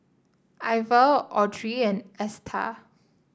Iver Audrey and Esta